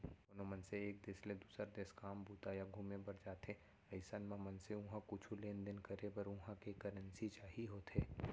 कोनो मनसे एक देस ले दुसर देस काम बूता या घुमे बर जाथे अइसन म मनसे उहाँ कुछु लेन देन करे बर उहां के करेंसी चाही होथे